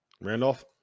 Randolph